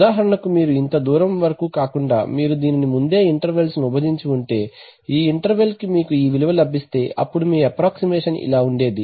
ఉదాహరణకు మీరు ఇంత దూరం వరకు కాకుండా మీరు దీనిని ముందే ఇంటెర్వెల్స్ ను విభజించి ఉంటే ఈ ఇంటెర్వెల్ కి మీకు ఈ విలువ లభిస్తే అప్పుడు మీ అప్ప్రాక్సీమేషన్ ఇలా ఉండేది